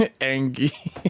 Angie